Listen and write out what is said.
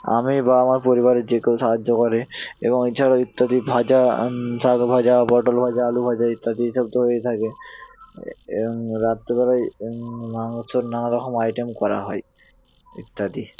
আমি বা আমার পরিবারের যে কেউ সাহায্য করে এবং এছাড়াও ইত্যাদি ভাজা শাক ভাজা পটল ভাজা আলু ভাজা ইত্যাদি এই সব তো হয়েই থাকে রাত্রিবেলা মাংসর নানা রকম আইটেম করা হয় ইত্যাদি